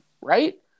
right